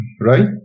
right